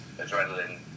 adrenaline